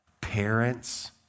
parents